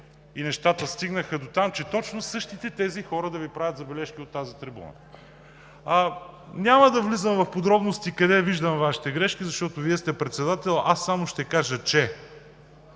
и нещата стигнаха дотам, че точно същите тези хора да Ви правят забележки от тази трибуна. Няма да влизам в подробности къде виждам Вашите грешки, защото Вие сте председател. Аз само ще кажа: